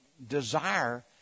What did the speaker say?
desire